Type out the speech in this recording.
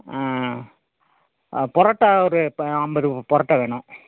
புரோட்டா ஒரு இப்போ ஐம்பது புரோட்டா வேணும்